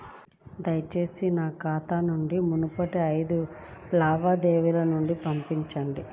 దయచేసి నా ఖాతా నుండి మునుపటి ఐదు లావాదేవీలను చూపండి